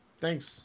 Thanks